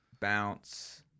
bounce